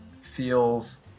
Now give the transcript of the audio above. feels